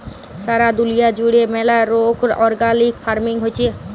সারা দুলিয়া জুড়ে ম্যালা রোক অর্গ্যালিক ফার্মিং হচ্যে